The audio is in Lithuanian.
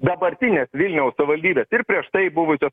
dabartinės vilniaus savivaldybės ir prieš tai buvusios